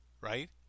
right